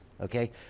Okay